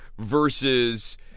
versus